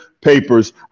papers